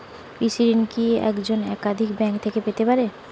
কৃষিঋণ কি একজন একাধিক ব্যাঙ্ক থেকে পেতে পারে?